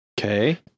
Okay